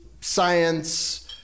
science